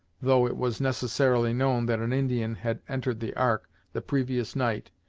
though it was necessarily known that an indian had entered the ark the previous night,